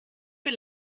für